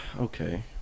Okay